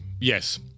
yes